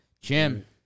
Jim